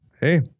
hey